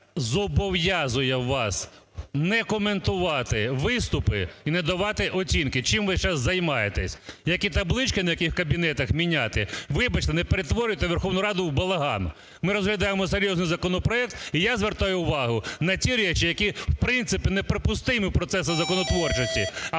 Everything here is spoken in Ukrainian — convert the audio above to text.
зобов'язує вас не коментувати виступи і не давати оцінки, чим весь час займаєтесь, як і таблички на яких кабінет міняти. Вибачте, не перетворюйте Верховну Раду в балаган. Ми розглядаємо серйозний законопроект, і я звертаю увагу на ті речі, які в принципі неприпустимі в процесах законотворчості.